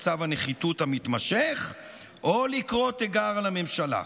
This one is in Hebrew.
מצב הנחיתות המתמשך או לקרוא תיגר על הממשלה.